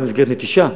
גם במסגרת של נטישה.